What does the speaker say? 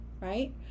right